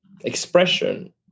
expression